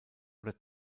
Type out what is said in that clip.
oder